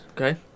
Okay